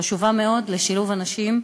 לשילוב אנשים,